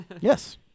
Yes